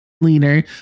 leaner